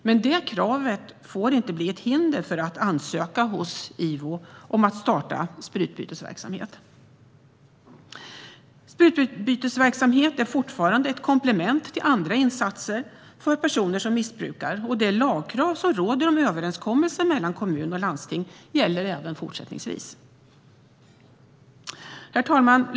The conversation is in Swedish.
Men det kravet får inte bli ett hinder för att ansöka hos IVO om att starta sprututbytesverksamhet. Sprututbytesverksamhet är fortfarande ett komplement till andra insatser för personer som missbrukar. Och det lagkrav som råder om överenskommelser mellan kommun och landsting gäller även fortsättningsvis. Herr talman!